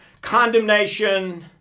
condemnation